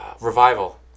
Revival